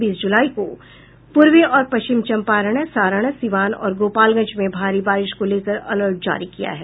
बीस जूलाई को पूर्वी और पश्चिमी चंपारण सारण सीवान और गोपालगंज में भी भारी बारिश को लेकर अलर्ट जारी किया गया है